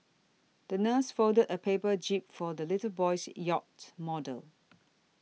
the nurse folded a paper jib for the little boy's yacht model